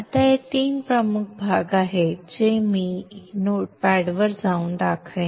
आता यात तीन प्रमुख भाग आहेत जे मी नोटपॅडवर जाऊन दाखवेन